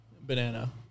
banana